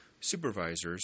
supervisors